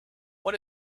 what